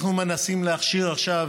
אנחנו מנסים להכשיר עכשיו